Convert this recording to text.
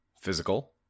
physical